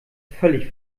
völlig